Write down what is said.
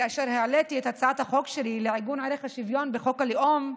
כאשר העליתי את הצעת החוק שלי לעיגון ערך השוויון בחוק הלאום,